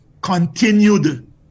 continued